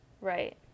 Right